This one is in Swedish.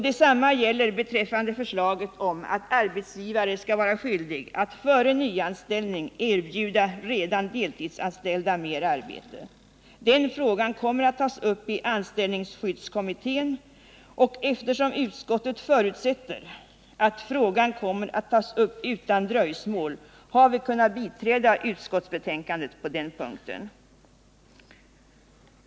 Detsamma gäller beträffande förslaget om att arbetsgivare skall vara skyldig att före nyanställningar erbjuda redan deltidsanställda mer arbete. Den frågan kommer att tas upp i anställningsskyddskommittén, och eftersom utskottet förutsätter att frågan kommer att tas upp utan dröjsmål har vi kunnat biträda utskottsbetänkandet på den punkten.